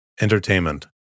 Entertainment